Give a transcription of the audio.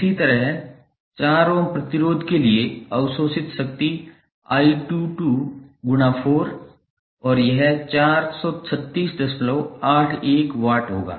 इसी तरह 4 ओम प्रतिरोध के लिए अवशोषित शक्ति I22 और यह 43681 वाट होगा